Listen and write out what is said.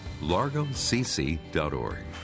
largocc.org